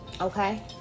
okay